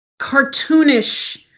cartoonish